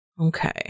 Okay